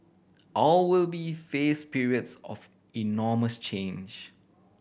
all will be face periods of enormous change